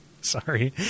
Sorry